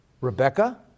Rebecca